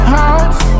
house